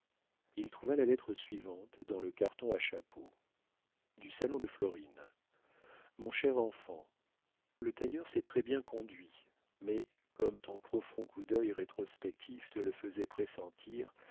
il trouva la lettre suivante dans le carton à chapeau du salon de florine mon cher enfant le tailleur s'est très-bien conduit mais comme ton profond coup d'œil rétrospectif te le faisait pressentir